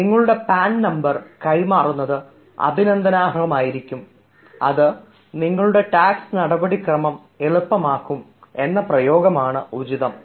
എന്നാൽ നിങ്ങളുടെ PAN number കൈമാറുന്നത് അഭിനന്ദനാർഹം ആയിരിക്കും അത് നിങ്ങളുടെ ടാക്സ് നടപടിക്രമം എളുപ്പമാക്കും എന്ന പ്രയോഗമാണ് ഉചിതം